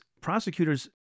prosecutors